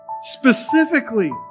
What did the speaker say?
specifically